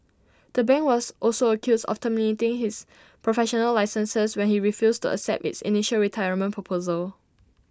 the bank was also accused of terminating his professional licenses when he refused to accept its initial retirement proposal